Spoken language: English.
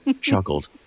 chuckled